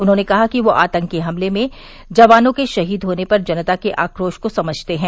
उन्होंने कहा कि वह आतंकी हमले में जवानों के शहीद होने पर जनता के आक्रोश को समझते हैं